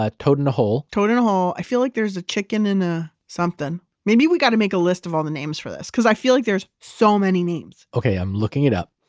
toad in a hole toad in a hole. i feel like there's a chicken in a something. maybe we've got to make a list of all the names for this because i feel like there's so many names okay. i'm looking it up.